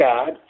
God